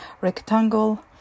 rectangle